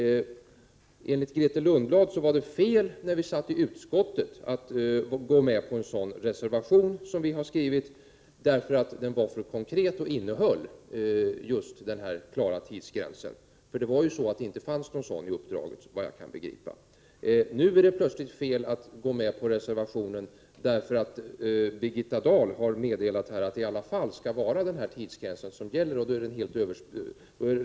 Enligt Grethe Lundblad var det fel av oss i utskottet att framställa en reservation. Hon menade att den var alltför konkret och hänvisade till just den här klara tidsgränsen. Jag upprepar att det, såvitt jag förstår, inte fanns någon klar tidsgräns i uppdraget till naturvårdsverket. Men nu är det plötsligt fel att ansluta sig till reservationen av ett annat skäl. Jag avser då Birgitta Dahls meddelande här om att nämnda tidsgräns skall Prot. 1988/89:44 gälla.